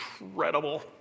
incredible